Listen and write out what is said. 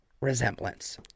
resemblance